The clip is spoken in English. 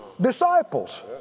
disciples